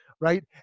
Right